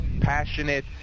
passionate